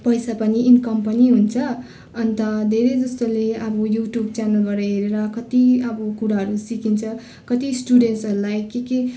पैसा पनि इन्कम पनि हुन्छ अन्त धेरै जस्तोले अब यु ट्युब च्यानलबाट हेरेर कति अब कुराहरू सिकिन्छ कति स्टुडेन्ट्सहरूलाई के के